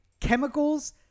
chemicals